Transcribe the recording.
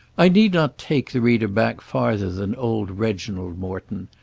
i need not take the reader back farther than old reginald morton.